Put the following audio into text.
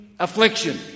Affliction